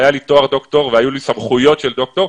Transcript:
היה להן תואר דוקטור והיו להן סמכויות של דוקטור,